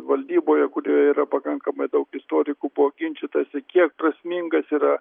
valdyboje kuri yra pakankamai daug istorikų buvo ginčytasi kiek prasmingas yra